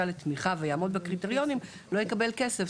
לתמיכה ויעמוד בקריטריונים ולא יקבל כסף.